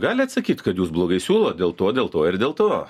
gali atsakyt kad jūs blogai siūlot dėl to dėl to ir dėl to